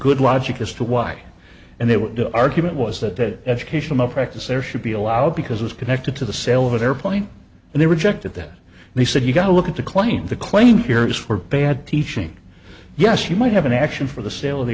good logic as to why and they were the argument was that education of practice there should be allowed because it's connected to the sale of an airplane and they rejected that and he said you gotta look at the claim the claim here is for bad teaching yes you might have an action for the sale of the